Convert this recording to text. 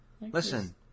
Listen